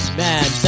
man